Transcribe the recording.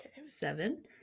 seven